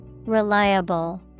Reliable